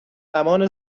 زمان